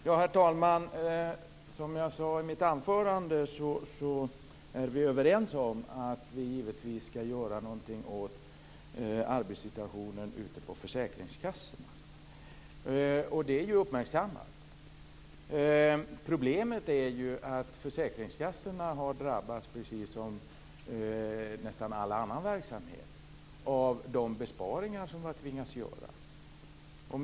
Herr talman! Som jag sade i mitt anförande är vi överens om att vi givetvis skall göra någonting åt arbetssituationen ute på försäkringskassorna. Det är uppmärksammat. Problemet är att försäkringskassorna har drabbats, precis som nästan all annan verksamhet, av de besparingar som vi har tvingats att göra.